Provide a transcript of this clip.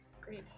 Great